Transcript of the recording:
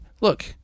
look